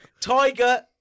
Tiger